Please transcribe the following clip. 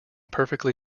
perfectly